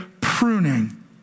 pruning